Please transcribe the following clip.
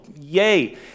yay